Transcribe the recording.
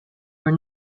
were